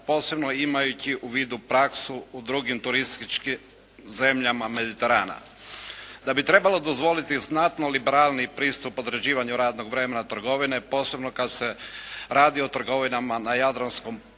posebice imaju u vidu praksu u drugim turističkim zemljama mediterana. Da bi trebalo dozvoliti znatno liberalniji pristup određivanju radnog vremena trgovine posebno kad se radi o trgovinama na jadranskom području